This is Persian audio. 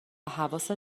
حواست